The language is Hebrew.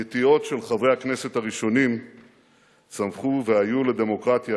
הנטיעות של חברי הכנסת הראשונים צמחו והיו לדמוקרטיה